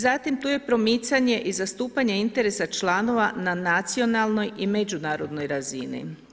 Zatim tu je promicanje i zastupanje interesa članova na nacionalnoj i međunarodnoj razini.